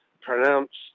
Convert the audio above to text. pronounced